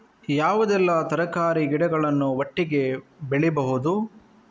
ಯಾವುದೆಲ್ಲ ತರಕಾರಿ ಗಿಡಗಳನ್ನು ಒಟ್ಟಿಗೆ ಬೆಳಿಬಹುದು?